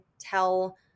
tell